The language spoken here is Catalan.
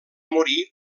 morir